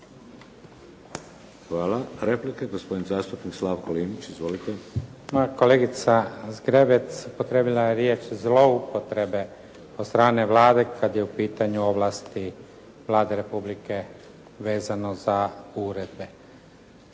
Hvala. Replika, gospodin zastupnik Slavko Linić. Izvolite. **Linić, Slavko (SDP)** Kolegica Zgrebec upotrijebila je riječ zloupotrebe od strane Vlade kad je u pitanju ovlasti Vlade Republike vezano za uredbe.